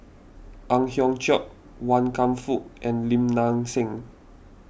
Ang Hiong Chiok Wan Kam Fook and Lim Nang Seng